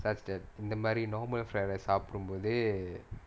that's that இந்த மாரி:intha maari normal flavour சாப்பிடும்:saapidum